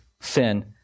sin